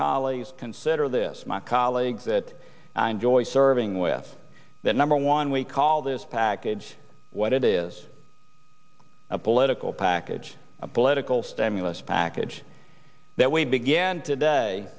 colleagues consider this my colleagues that i enjoy serving with that number one we call this package what it is a political package a political stimulus package that we began today